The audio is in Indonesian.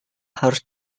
harus